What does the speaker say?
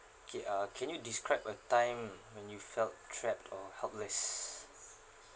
okay uh can you describe a time when you felt trap or helpless